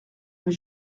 mais